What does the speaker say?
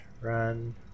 run